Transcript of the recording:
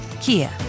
Kia